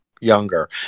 younger